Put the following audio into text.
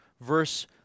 verse